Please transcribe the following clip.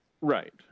Right